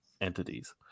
entities